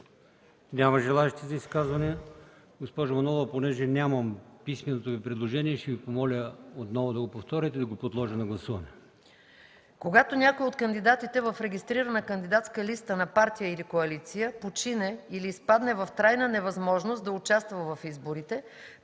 Няма желаещи. Госпожо Манолова, понеже нямам писменото Ви предложение, ще Ви помоля отново да го повторите, за да го подложа на гласуване. ДОКЛАДЧИК МАЯ МАНОЛОВА: „Когато някой от кандидатите в регистрирана кандидатска листа на партия или коалиция почине или изпадне в трайна невъзможност да участва в изборите,